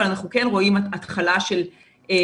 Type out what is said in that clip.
אבל אנחנו כן רואים התחלה של מגמה.